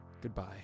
Goodbye